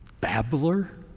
babbler